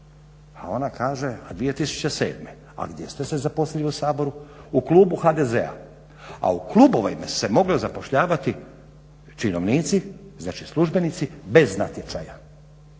A ona kaže 2007. A gdje ste se zaposlili u Saboru? u Klubu HDZ-a a u klubovima se moglo zapošljavati činovnici, znači službenici bez natječaja,